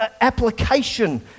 application